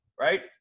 right